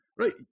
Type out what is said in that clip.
right